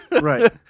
Right